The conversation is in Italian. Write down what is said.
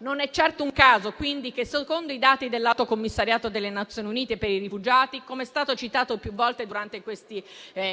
Non è certo un caso quindi che - secondo i dati dell'Alto commissariato delle Nazioni Unite per i rifugiati, come è stato citato più volte durante questi